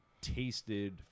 tasted